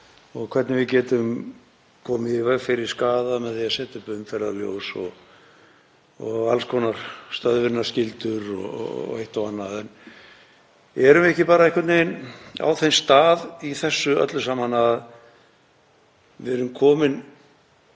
og hvernig við getum komið í veg fyrir skaða með því að setja upp umferðarljós og alls konar stöðvunarskyldu og eitt og annað. Erum við ekki bara einhvern veginn á þeim stað í þessu öllu saman að við erum komin